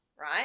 right